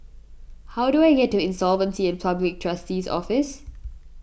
how do I get to Insolvency and Public Trustee's Office